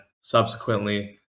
subsequently